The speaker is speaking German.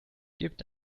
gebt